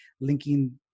linking